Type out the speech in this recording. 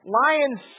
lions